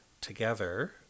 together